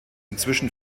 inzwischen